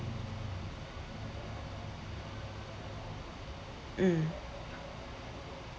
mm